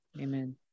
Amen